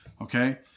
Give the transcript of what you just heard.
Okay